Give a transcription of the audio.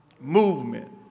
movement